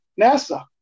NASA